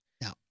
Now